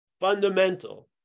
Fundamental